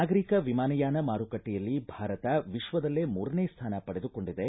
ನಾಗರಿಕ ವಿಮಾನಯಾನ ಮಾರುಕಟ್ಟೆಯಲ್ಲಿ ಭಾರತ ವಿಶ್ವದಲ್ಲೇ ಮೂರನೇ ಸ್ಥಾನ ಪಡೆದುಕೊಂಡಿದೆ